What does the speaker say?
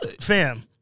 fam